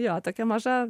jo tokia maža